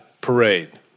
parade